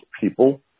people